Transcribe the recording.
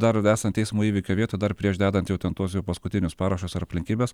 dar esant eismo įvykio vietoj dar prieš dedant jau ten tuos paskutinius parašus ar aplinkybes